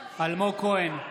כהן,